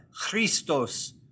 Christos